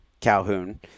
Calhoun